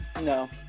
No